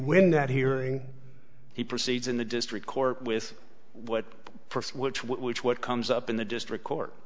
win that hearing he proceeds in the district court with what for which what which what comes up in the district court